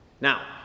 Now